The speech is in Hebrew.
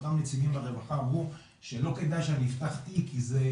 אותם נציגים ברווחה אמרו שלא כדאי שאני אפתח תיק כי זה